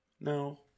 No